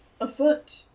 Afoot